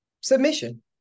submission